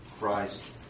Christ